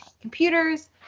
computers